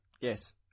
yes